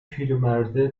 پیرمرده